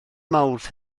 mawrth